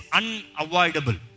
unavoidable